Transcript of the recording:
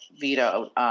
veto